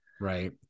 Right